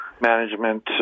management